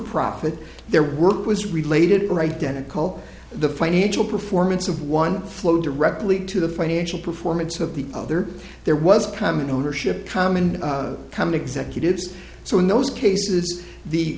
profit their work was related all right then and call the financial performance of one flow directly to the financial performance of the other there was common ownership common to come executives so in those cases the